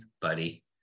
buddy